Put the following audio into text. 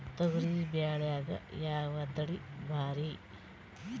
ತೊಗರಿ ಬ್ಯಾಳ್ಯಾಗ ಯಾವ ತಳಿ ಭಾರಿ?